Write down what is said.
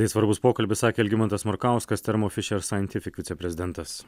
tai svarbus pokalbis sakė algimantas markauskas thermo fisher scientific viceprezidentas